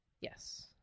Yes